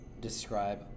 describe